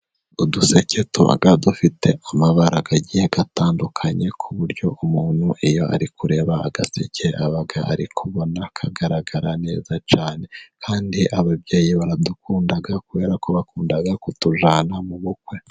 Uduseke tuba dufite amabarake atandukanye, ku buryo umuntu iyo ari kureba agaseke aba ari kubona kagaragara neza cyane, kandi ababyeyi baradukunda kubera ko bakunda kutujyana mu bukwe.